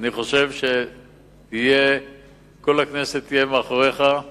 אני חושב שכל הכנסת תהיה מאחוריך,